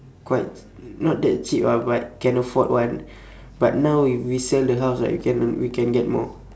quite not that cheap ah but can afford [one] but now if we sell the house right we can earn we can get more